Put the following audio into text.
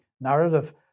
narrative